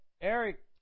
Eric